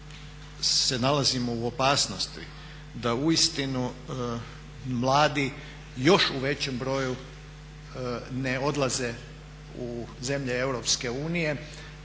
se nalazimo u opasnosti, da uistinu mladi još u većem broju ne odlaze u zemlje